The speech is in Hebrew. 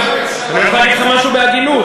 אני הולך להגיד לך משהו בהגינות,